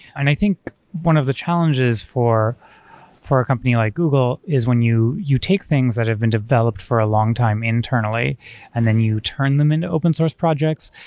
i think one of the challenges for for a company like google is when you you take things that have been developed for a long time internally and then you turn them into open source projects.